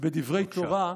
בדברי תורה,